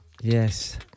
Yes